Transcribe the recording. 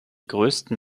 größten